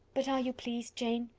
but are you pleased, jane?